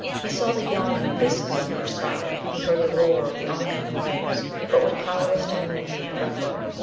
he saw the yawning abysses on each side, he heard the roar of the on-coming waves, but was powerless to move hand or foot.